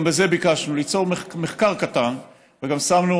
גם בזה ביקשנו ליצור מחקר קטן, וגם שמנו